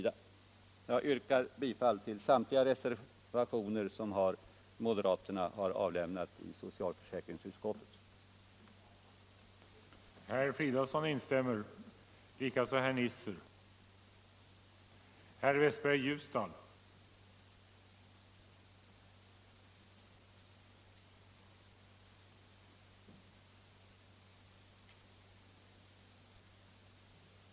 Jag yrkar bifall till samtliga reservationer som moderaterna har fogat vid socialförsäkringsutskottets betänkande.